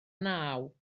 naw